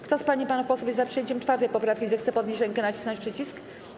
Kto z pań i panów posłów jest za przyjęciem 4. poprawki, zechce podnieść rękę i nacisnąć przycisk.